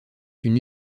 une